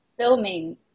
filming –